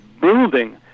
building